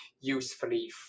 usefully